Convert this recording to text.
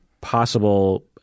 possible